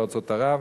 בארצות ערב.